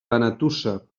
benetússer